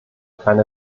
keine